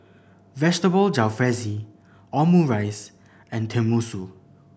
Vegetable Jalfrezi Omurice and Tenmusu